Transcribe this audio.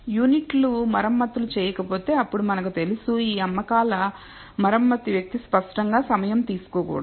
యూనిట్లు మరమ్మతులు చేయకపోతే అప్పుడు మనకు తెలుసు ఈ అమ్మకాల మరమ్మతు వ్యక్తి స్పష్టంగా సమయం తీసుకోకూడదు